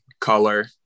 color